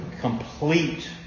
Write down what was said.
complete